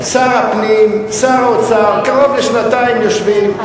שר הפנים, שר האוצר, קרוב לשנתיים יושבים.